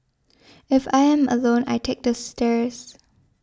if I am alone I take the stairs